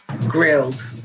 Grilled